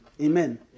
Amen